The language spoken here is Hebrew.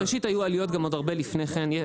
אז ראשית, היו עליות גם עוד הרבה לפני כן.